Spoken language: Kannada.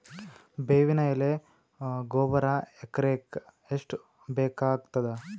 ಬೇವಿನ ಎಲೆ ಗೊಬರಾ ಎಕರೆಗ್ ಎಷ್ಟು ಬೇಕಗತಾದ?